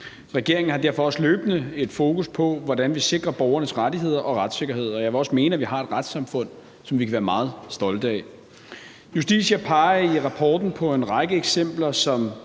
Regeringen har derfor også løbende et fokus på, hvordan vi sikrer borgernes rettigheder og retssikkerhed, og jeg vil også mene, at vi har et retssamfund, som vi kan være meget stolte af. Justitia peger i rapporten på en række eksempler, som